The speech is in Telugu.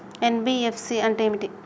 ఎన్.బి.ఎఫ్.సి అంటే ఏమిటి?